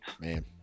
man